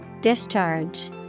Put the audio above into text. Discharge